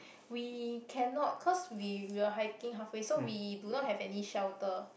we cannot cause we we were hiking half way so we do not have any shelter